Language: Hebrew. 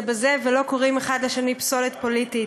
בזה ולא קוראים אחד לשני פסולת פוליטית.